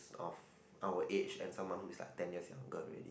of our age and someone who's like ten years younger already